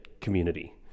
community